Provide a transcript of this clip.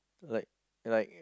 like like